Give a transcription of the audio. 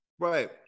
Right